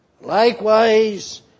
Likewise